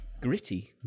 Gritty